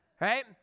right